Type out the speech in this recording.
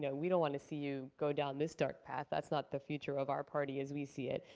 yeah we don't want to see you go down this dark path. that's not the future of our party as we see it.